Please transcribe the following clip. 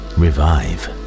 revive